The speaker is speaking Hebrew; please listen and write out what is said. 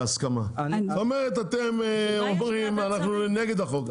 אתם אומרים שאתם נגד החוק,